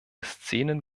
szenen